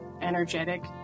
energetic